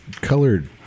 colored